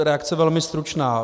Reakce velmi stručná.